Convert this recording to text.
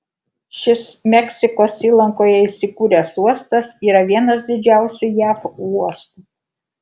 šis meksikos įlankoje įsikūręs uostas yra vienas didžiausių jav uostų